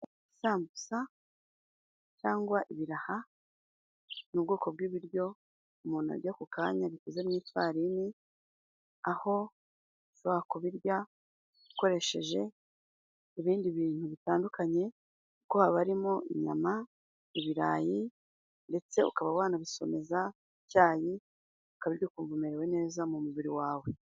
Isambusa cyangwa ibiraha ni ubwoko bw'ibiryo umuntu arya ako kanya bikoze mu ifarini, aho ushobora kubirya ukoresheje ibindi bintu bitandukanye, kuko haba harimo inyama, ibirayi, ndetse ukaba wanabisomeza icyayi, ukabirya ukumva umerewe neza mu mubiri wawe.